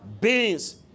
Beans